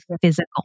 physical